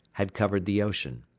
had covered the ocean.